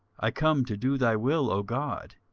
i come to do thy will, o god.